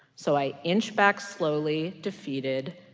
so i inch back slowly, defeated,